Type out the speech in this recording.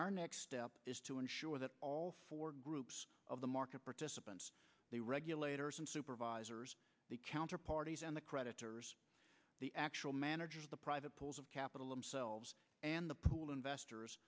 our next step is to ensure that all four groups of the market participants the regulators and supervisors the counter parties and the creditors the actual managers the private pools of capital themselves and the pool investors